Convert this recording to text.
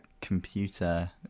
computer